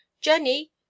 jenny